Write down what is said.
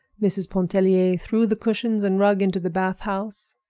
mrs. pontellier threw the cushions and rug into the bath-house.